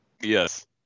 Yes